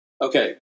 Okay